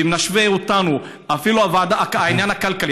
ואם נשווה אותנו, אפילו בעניין הכלכלי,